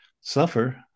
Suffer